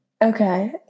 Okay